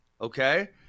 okay